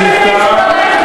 שיטה של הכול או לא כלום,